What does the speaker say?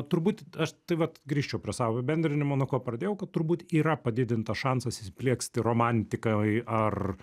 turbūt aš tai vat grįžčiau prie savo apibendrinimo nuo ko pradėjau kad turbūt yra padidintas šansas įsiplieksti romantikai ar